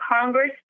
Congress